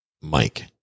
Mike